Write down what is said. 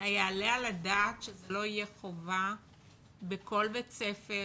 היעלה על הדעת שזה לא יהיה חובה בכל בית ספר,